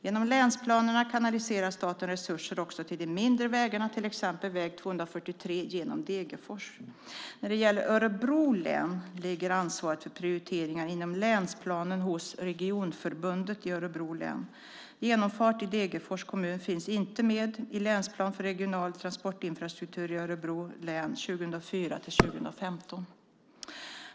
Genom länsplanerna kanaliserar staten resurser också till de mindre vägarna, till exempel väg 243 genom Degerfors. När det gäller Örebro län ligger ansvaret för prioriteringar inom länsplanen hos regionförbundet i Örebro län. Genomfart i Degerfors kommun finns inte med i Länsplan för regional transportinfrastruktur Örebro län 2004-2015 .